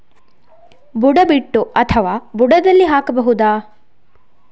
ಬುಡ ಬಿಟ್ಟು ಅಥವಾ ಬುಡದಲ್ಲಿ ಹಾಕಬಹುದಾ?